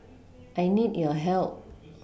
I need your help